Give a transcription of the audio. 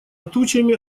тучами